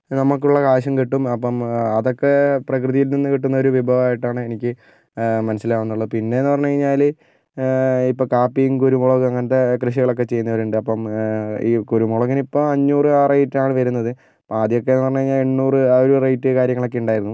നമുക്കുള്ള കാശും കിട്ടും അപ്പം അതൊക്കെ പ്രകൃതിയിൽ നിന്ന് കിട്ടുന്ന ഒരു വിഭവമായിട്ടാണ് എനിക്ക് മനസ്സിലാകുന്നുള്ളു പിന്നെയെന്ന് പറഞ്ഞ് കഴിഞ്ഞാൽ ഇപ്പോൾ കാപ്പിയും കുരുമുളകും അങ്ങനത്തെ കൃഷികളൊക്കെ ചെയ്യുന്നവരുണ്ട് അപ്പം ഈ കുരുമുളകിനിപ്പോൾ അഞ്ഞൂറ് ആ റേറ്റാണ് വരുന്നത് അപ്പം ആദ്യമൊക്കെയെന്ന് പറഞ്ഞ് കഴിഞ്ഞാൽ എണ്ണൂറ് ആ ഒരു റേറ്റ് കാര്യങ്ങളൊക്കെ ഉണ്ടായിരുന്നു